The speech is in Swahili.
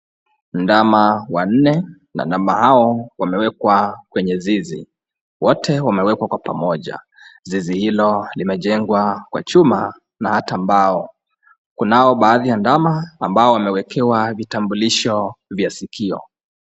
Ndama wanne na ndama hao wamewekwa kwenye zizi. Wote wamewekwa kwa pamoja. Zizi hilo limejengwa kwa chuma na hata mbao. Kunao baadhi ya ndama ambao wamewekewa vitambulisho vya sikio.